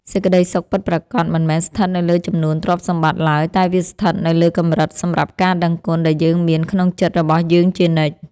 សេចក្ដីសុខពិតប្រាកដមិនមែនស្ថិតនៅលើចំនួនទ្រព្យសម្បត្តិឡើយតែវាស្ថិតនៅលើកម្រិតសម្រាប់ការដឹងគុណដែលយើងមានក្នុងចិត្តរបស់យើងជានិច្ច។